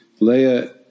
Leia